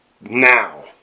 now